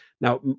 Now